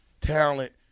talent